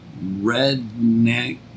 redneck